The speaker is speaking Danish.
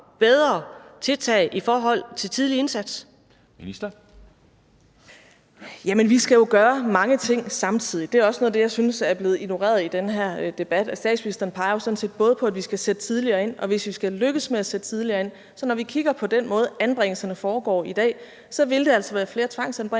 13:45 Social- og indenrigsministeren (Astrid Krag): Jamen vi skal jo gøre mange ting samtidig. Det er også noget af det, jeg synes er blevet ignoreret i den her debat. Statsministeren peger jo sådan set på flere ting. Vi skal sætte tidligere ind, og hvis vi skal lykkes med at sætte tidligere ind – når vi kigger på den måde, som anbringelserne foregår på i dag – så vil det altså være flere tvangsanbringelser.